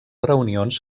reunions